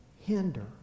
hinder